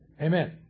Amen